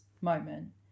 moment